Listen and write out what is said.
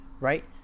Right